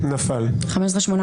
ההצבעה נפלה, סליחה.